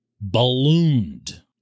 ballooned